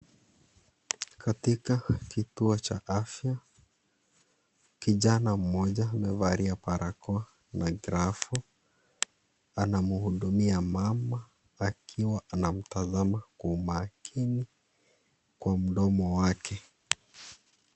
Katika kituo cha afya, kijana mmoja amevalia barakoa na glovu. Anamhudumia mama akiwa anamtazama kwa umakini kwa mdomo wake.